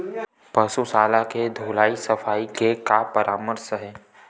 पशु शाला के धुलाई सफाई के का परामर्श हे?